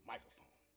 Microphone